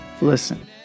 listen